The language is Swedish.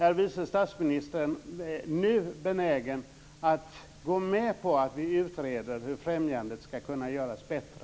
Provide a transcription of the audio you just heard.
Är vice statsministern nu benägen att gå med på att vi utreder hur främjandet ska kunna göras bättre?